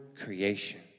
creation